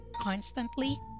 constantly